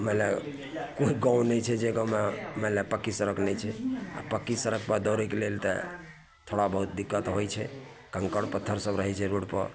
मानि ले कोइ गाम नहि छै जे गाममे मानि ले पक्की सड़क नहि छै आओर पक्की सड़कपर दौड़ैके लेल तऽ थोड़ा बहुत दिक्कत होइ छै कँकड़ पाथरसब रहै छै रोडपर